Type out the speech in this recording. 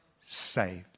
saved